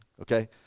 okay